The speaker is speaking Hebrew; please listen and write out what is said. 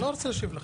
לא רוצה להשיב לך.